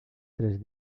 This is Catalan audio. tres